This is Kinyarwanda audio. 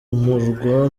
umurwa